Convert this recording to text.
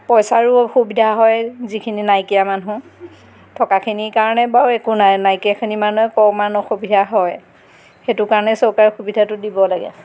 পইচাৰো অসুবিধা হয় যিখিনি নাইকিয়া মানুহ থকাখিনিৰ কাৰণে বাৰু একো নাই নাইকীয়াখিনি মানুহে অকণমান অসুবিধা হয় সেইটো কাৰণে চৰকাৰে সুবিধাটো দিব লাগে